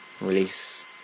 release